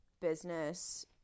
business